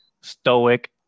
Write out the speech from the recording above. stoic